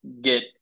get